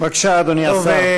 בבקשה, אדוני השר.